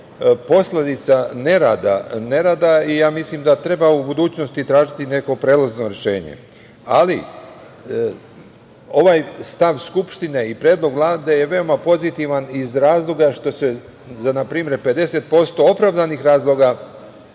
posledica nerada i mislim da treba u budućnosti tražiti neko prelazno rešenje. Ali, ovaj stav Skupštine i predlog Vlade je veoma pozitivan iz razloga što se za npr. 50% opravdanih razloga